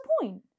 point